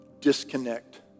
disconnect